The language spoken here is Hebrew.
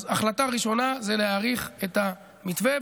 אז החלטה ראשונה היא להאריך את המתווה,